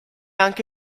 anche